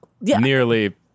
nearly